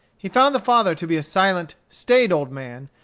he found the father to be a silent, staid old man,